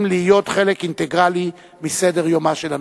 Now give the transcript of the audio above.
להיות חלק אינטגרלי מסדר-יומה של הממשלה.